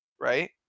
right